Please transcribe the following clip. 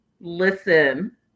Listen